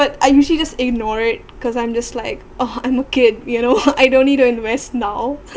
but I usually just ignore it because I'm just oh I'm a kid you know I don't need to invest now